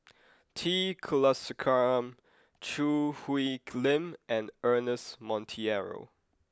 T Kulasekaram Choo Hwee Lim and Ernest Monteiro